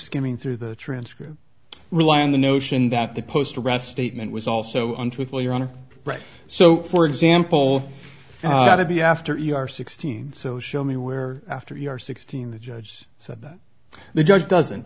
skimming through the transcript rely on the notion that the post arrest statement was also untruthful you're on the right so for example to be after you are sixteen so show me where after you are sixteen the judge said that the judge doesn't